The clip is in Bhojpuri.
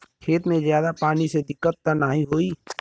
खेत में ज्यादा पानी से दिक्कत त नाही होई?